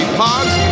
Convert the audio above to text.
pods